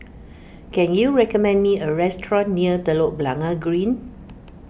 can you recommend me a restaurant near Telok Blangah Green